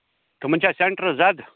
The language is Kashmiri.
تِمَن چھا سینٹرَس زیادٕ